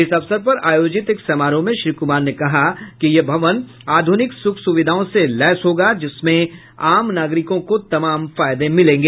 इस अवसर पर आयोजित एक समारोह में श्री कुमार ने कहा कि यह भवन आधुनिक सुख सुविधाओं से लैस होगा जिससे आम नागरिकों को फायदा मिलेगा